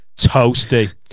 toasty